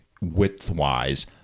width-wise